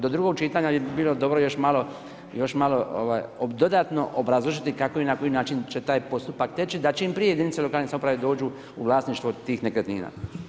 Do drugog čitanja bi bilo dobro još malo dodatno obrazložiti kako i na koji način će taj postupak teći, da čim prije jedinice lokalne samouprave dođu u vlasništvo tih nekretnina.